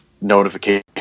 notification